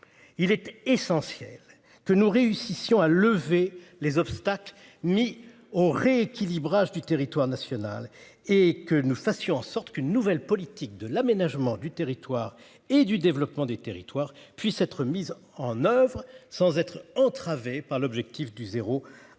il était essentiel que nous réussissions à lever les obstacles mis au rééquilibrage du territoire national et que nous fassions en sorte qu'une nouvelle politique de l'aménagement du territoire et du développement des territoires puissent être mises en oeuvre sans être entravés par l'objectif du zéro